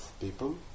people